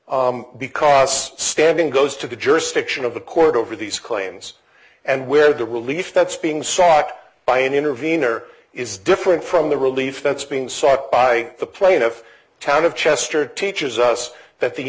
been because standing goes to the jurisdiction of the court over these claims and where the relief that's being sought by an intervener is different from the relief that's being sought by the plaintiff town of chester teaches us that the